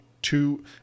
Two